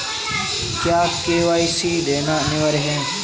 क्या के.वाई.सी देना अनिवार्य है?